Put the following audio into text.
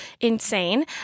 Insane